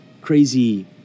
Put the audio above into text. crazy